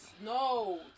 No